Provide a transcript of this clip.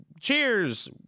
cheers